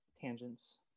tangents